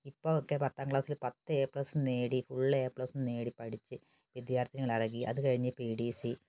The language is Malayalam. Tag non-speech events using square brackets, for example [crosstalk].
ഇപ്പോൾ ഒക്കെ പത്താം ക്ലാസ്സിൽ പത്ത് എ പ്ലസും നേടി ഫുള് എ പ്ലസും നേടി പഠിച്ച് വിദ്യാത്ഥിനികൾ [unintelligible] അത് കഴിഞ്ഞു പി ഡി സി